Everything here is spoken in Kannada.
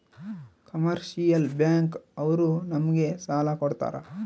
ಕಮರ್ಷಿಯಲ್ ಬ್ಯಾಂಕ್ ಅವ್ರು ನಮ್ಗೆ ಸಾಲ ಕೊಡ್ತಾರ